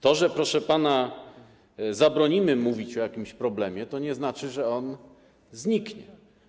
To, że, proszę pana, zabronimy mówić o jakimś problemie, to nie znaczy, że on zniknie.